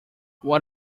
what